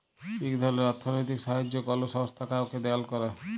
ইক ধরলের অথ্থলৈতিক সাহাইয্য কল সংস্থা কাউকে দাল ক্যরে